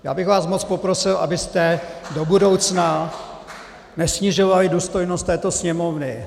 Já bych vás moc poprosil, abyste do budoucna nesnižovali důstojnost této Sněmovny.